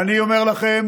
אני אומר לכם